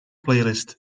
playlist